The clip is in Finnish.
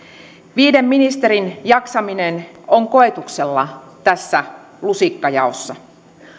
viiden ministerin jaksaminen on koetuksella tässä lusikkajaossa